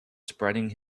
spreading